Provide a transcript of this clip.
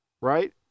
Right